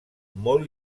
molt